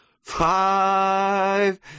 Five